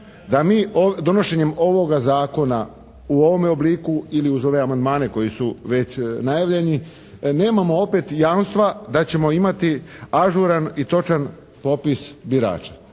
da mi donošenjem ovoga Zakona u ovome obliku ili uz ove amandmane koji su već najavljeni nemamo opet jamstva da ćemo imati ažuran i točan popis birača.